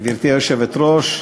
גברתי היושבת-ראש,